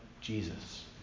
Jesus